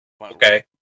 Okay